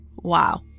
Wow